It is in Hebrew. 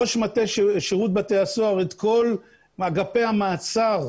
ראש מטה שירות בתי הסוהר, את כל אגפי המעצר,